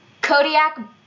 Kodiak